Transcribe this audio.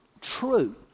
true